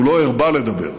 הוא לא הרבה לדבר,